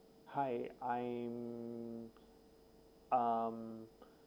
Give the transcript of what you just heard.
hi I'm um